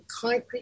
concrete